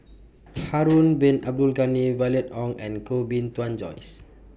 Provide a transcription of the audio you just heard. Harun Bin Abdul Ghani Violet Oon and Koh Bee Tuan Joyce